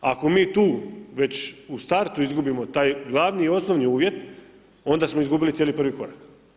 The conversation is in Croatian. Ako mi tu već u startu izgubimo taj glavni i osnovni uvjet onda smo izgubili cijeli prvi korak.